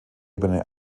ebene